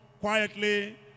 quietly